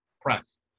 press